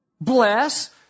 bless